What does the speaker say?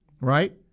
right